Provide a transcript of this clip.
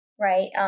right